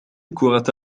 كرة